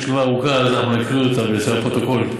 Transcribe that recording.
הם כתבו תשובה ארוכה ואנחנו נקריא אותה בשביל הפרוטוקול.